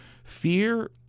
Fear